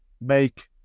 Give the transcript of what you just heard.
make